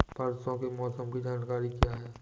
परसों के मौसम की जानकारी क्या है?